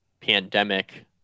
pandemic